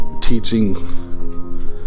teaching